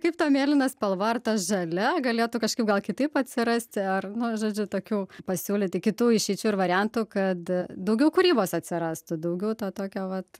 kaip ta mėlyna spalva ar ta žalia galėtų kažkaip gal kitaip atsirasti ar nu žodžiu tokių pasiūlyti kitų išeičių ir variantų kad daugiau kūrybos atsirastų daugiau to tokio vat